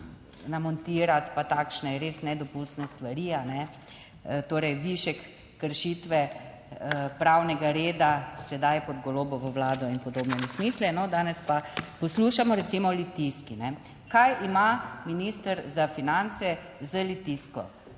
namontirati, pa takšne res nedopustne stvari, torej, višek kršitve pravnega reda sedaj pod Golobovo vlado in podobne nesmisle. No, danes pa poslušamo recimo o Litijski. Kaj ima minister za finance z Litijsko,